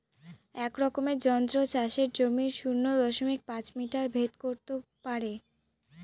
এক রকমের যন্ত্র চাষের জমির শূন্য দশমিক পাঁচ মিটার ভেদ করত পারে